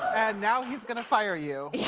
and now he's gonna fire you. yeah